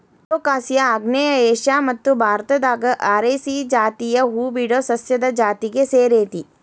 colocasia ಆಗ್ನೇಯ Asia ಮತ್ತು ಭಾರತದಾಗ ಅರೇಸಿ ಜಾತಿಯ ಹೂಬಿಡೊ ಸಸ್ಯದ ಜಾತಿಗೆ ಸೇರೇತಿ